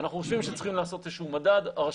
אנחנו חושבים שצריכים לעשות איזשהו מדד,